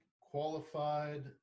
qualified